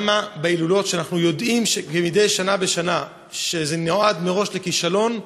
למה בהילולות שאנחנו יודעים מדי שנה בשנה שזה נועד מראש לכישלון,